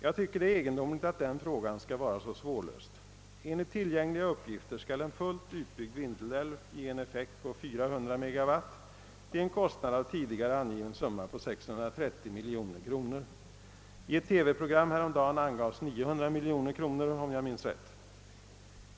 Jag tycker det är egendomligt att den frågan skall vara så svårlöst. Enligt tillgängliga uppgifter skall en fullt utbyggd Vindelälv ge en effekt på 400 megawatt till en kostnad av tidigare angiven summa på 630 miljoner kronor. I ett TV-program häromdagen angavs 900 miljoner kronor, om jag minns rätt.